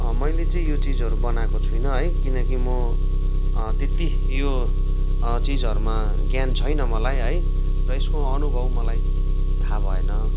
मैले चाहिँ यो चिजहरू बनाएको छुइनँ है किनकि म त्यति यो चिजहरूमा ज्ञान छैन मलाई है र यसको अनुभव मलाई थाहा भएन